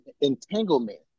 entanglement